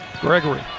Gregory